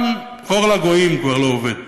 גם אור לגויים כבר לא עובד.